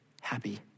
happy